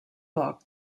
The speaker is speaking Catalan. poc